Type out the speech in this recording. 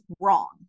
wrong